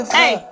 hey